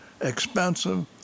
expensive